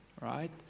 right